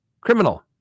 criminal